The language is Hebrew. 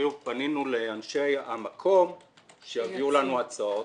אפילו פנינו לאנשי המקום שיביאו לנו הצעות.